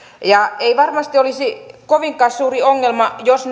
ja ei varmasti olisi kovinkaan suuri ongelma jos